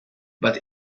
but